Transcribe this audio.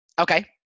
Okay